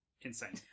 insane